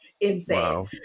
insane